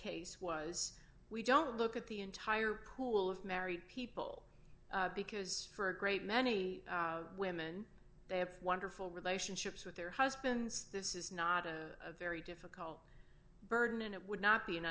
case was we don't look at the entire pool of married people because for a great many women they have wonderful relationships with their husbands this is not a very difficult burden and it would not be an